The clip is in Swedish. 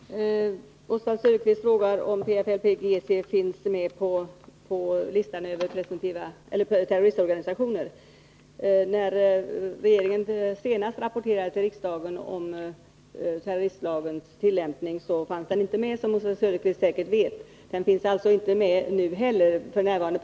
Herr talman! Oswald Söderqvist frågar om PFLP-GC finns med på listan över terroristorganisationer. När regeringen senast rapporterade till riksdagen om terroristlagens tillämpning fanns den inte med, som Oswald Söderqvist säkerligen vet. Den finns inte heller nu med på listan.